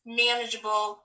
manageable